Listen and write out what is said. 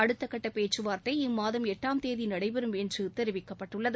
அடுத்த கட்ட பேச்சுவார்த்தை இம்மாதம் எட்டாம் தேதி நடைபெறும் என்று தெரிவிக்கப்பட்டுள்ளது